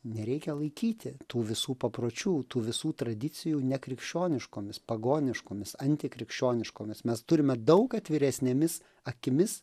nereikia laikyti tų visų papročių tų visų tradicijų nekrikščioniškomis pagoniškomis antikrikščioniškomis mes turime daug atviresnėmis akimis